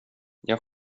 jag